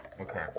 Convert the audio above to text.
Okay